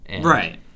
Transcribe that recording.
Right